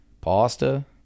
Pasta